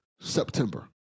September